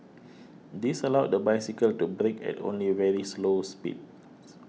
this allowed the bicycle to brake at only very slow speeds